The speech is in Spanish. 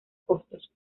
costos